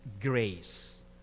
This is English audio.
grace